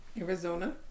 Arizona